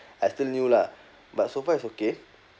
I still new lah but so far is okay